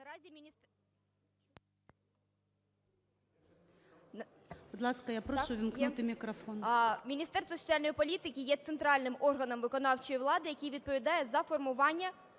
Міністерство соціальної політики є центральним органом виконавчої влади, який відповідає за формування